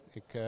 ik